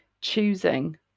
choosing